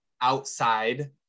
outside